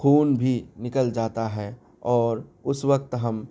خون بھی نکل جاتا ہے اور اس وقت ہم